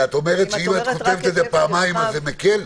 את אומרת שאם את כותבת את זה פעמיים זה מקל?